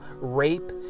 rape